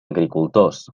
agricultors